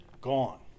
gone